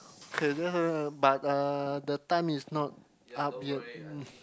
but uh the time is not up yet mm